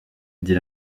dit